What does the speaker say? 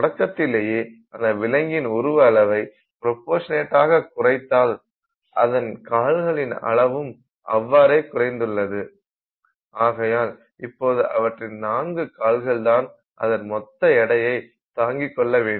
தொடக்கத்திலேயே அந்த விலங்கின் உருவ அளவை ப்ரோபோசநட்டாக குறைத்ததால் அதன் கால்களின் அளவும் அவ்வாறே குறைந்துள்ளது ஆகையால் இப்போது அவற்றின் நான்கு கால்கள் தான் அதன் மொத்த எடையை தாங்கிக் கொள்ள வேண்டும்